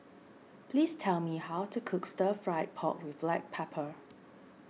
please tell me how to cook Stir Fry Pork with Black Pepper